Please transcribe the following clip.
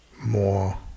more